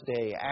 day